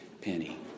penny